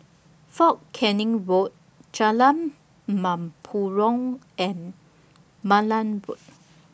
Fort Canning Road Jalan Mempurong and Malan Road